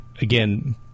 again